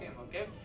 okay